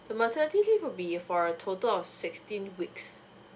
the maternity leave would be for a total of sixteen weeks